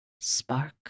spark